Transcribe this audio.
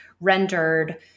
rendered